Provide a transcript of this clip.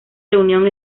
reunión